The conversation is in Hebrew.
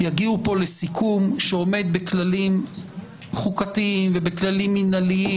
יגיעו פה לסיכום שעומד בכללים חוקתיים ובכללים מינהליים,